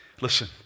Listen